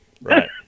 Right